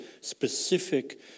specific